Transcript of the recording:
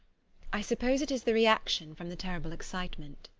i suppose it is the reaction from the terrible excitement.